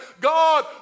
God